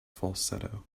falsetto